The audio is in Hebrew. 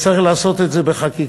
צריך לעשות את זה בחקיקה,